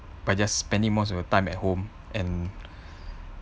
but they are spending most of the time at home and